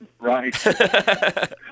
Right